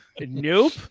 Nope